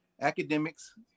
academics